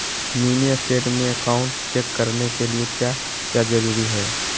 Mini state में account check करने के लिए क्या क्या जरूरी है?